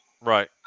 Right